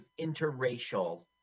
interracial